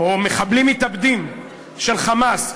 או מחבלים מתאבדים של "חמאס"